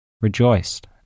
rejoiced